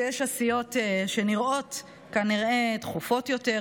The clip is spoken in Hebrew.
ויש עשיות שנראות דחופות יותר,